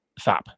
fap